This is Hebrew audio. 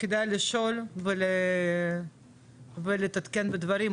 כדאי לשאול ולהתעדכן בדברים.